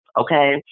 okay